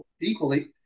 equally